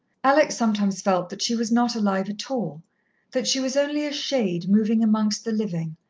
alex sometimes felt that she was not alive at all that she was only a shade moving amongst the living,